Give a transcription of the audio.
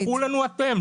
תדווחו לנו אתם.